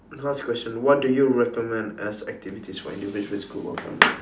last question what do you recommend as activities for individuals groups or families